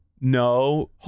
no